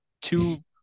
two